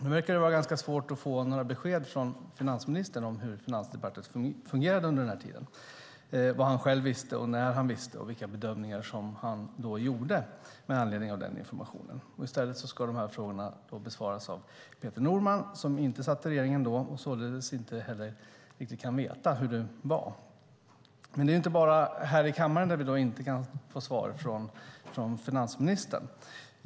Nu verkar det vara ganska svårt att få några besked från finansministern om hur Finansdepartementet fungerade under den tiden, vad han själv visste, när han visste och vilka bedömningar som han då gjorde med anledning av informationen. I stället ska frågorna besvaras av Peter Norman, som ju inte satt i regeringen då och således inte heller riktigt kan veta hur det var. Det är inte bara här i kammaren som vi inte kan få svar från finansministern.